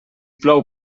plou